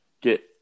Get